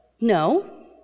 no